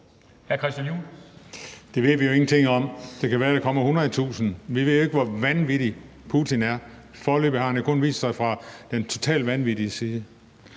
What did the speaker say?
Det ved vi jo ingenting om. Det kan være, at der kommer 100.000. Vi ved jo ikke, hvor vanvittig Putin er. Foreløbig har han jo kun vist sig fra den totalt vanvittige side.